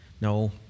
No